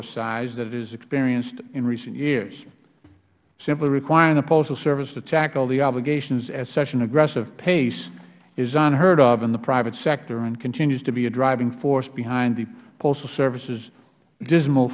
it has experienced in recent years simply requiring the postal service to tackle the obligations at such an aggressive pace is unheard of in the private sector and continues to be a driving force behind the postal service's dismal